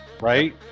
right